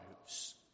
lives